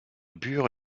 bure